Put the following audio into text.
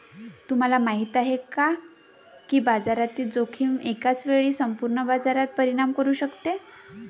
तुम्हाला माहिती आहे का की बाजारातील जोखीम एकाच वेळी संपूर्ण बाजारावर परिणाम करू शकते?